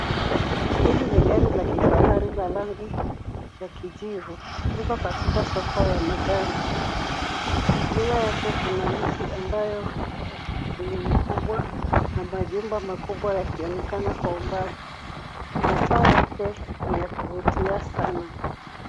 Hili ni gari la kifahari la rangi ya kijivu, liko katika soko ya magari. Nyuma yake kuna miti ambayo ni mikubwa na majumba makubwa yakionekana kwa umbali. Mataa yake ni ya kuvutia sana.